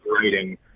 writing